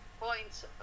points